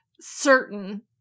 certain